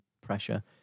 pressure